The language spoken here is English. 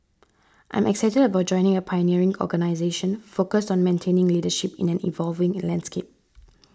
I'm excited about joining a pioneering organisation focused on maintaining leadership in an evolving landscape